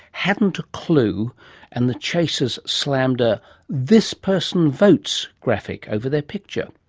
hadn't a clue and the chasers slammed a this person votes graphic over their picture?